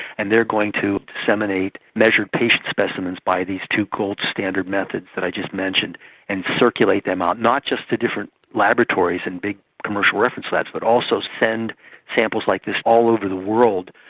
and they are going to disseminate measured patients' specimens by these two gold standard methods that i just mentioned and circulate them out not to just different laboratories and big commercial reference labs but also send samples like this all over the world.